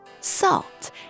salt